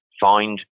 find